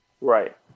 Right